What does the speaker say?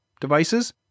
devices